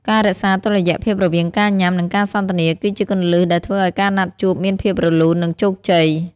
ការរក្សាតុល្យភាពរវាងការញ៉ាំ និងការសន្ទនា គឺជាគន្លឹះដែលធ្វើឱ្យការណាត់ជួបមានភាពរលូន និងជោគជ័យ។